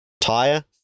tire